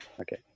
Okay